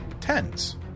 tens